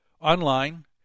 online